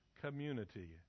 community